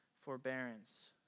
forbearance